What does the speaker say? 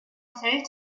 fällt